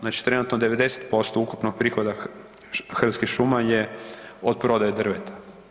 Znači trenutno 90% ukupnog prihoda Hrvatskih šuma je od prodaje drveta.